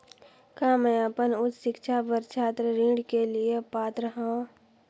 का मैं अपन उच्च शिक्षा बर छात्र ऋण के लिए पात्र हंव?